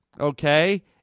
Okay